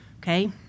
okay